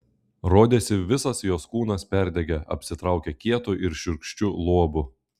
rodėsi visas jos kūnas perdegė apsitraukė kietu ir šiurkščiu luobu